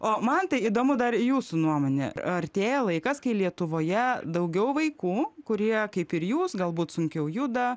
o mantai įdomu dar jūsų nuomonė artėja laikas kai lietuvoje daugiau vaikų kurie kaip ir jūs galbūt sunkiau juda